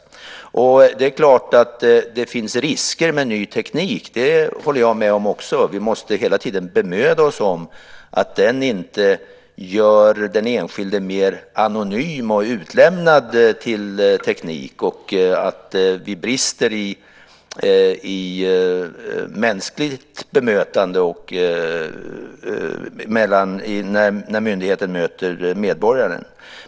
Det är klart att det finns risker med ny teknik. Det håller jag med om. Vi måste hela tiden bemöda oss om att den inte gör den enskilde mer anonym och utlämnad till teknik och att vi brister i mänskligt bemötande när myndigheten möter medborgaren.